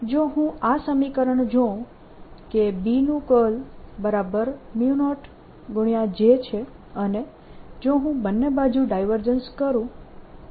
જો હું આ સમીકરણ જોઉં કે B નું કર્લ B0 J છે અને જો હું બંને બાજુ ડાયવર્જન્સ કરું તો